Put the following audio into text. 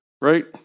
right